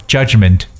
Judgment